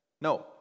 No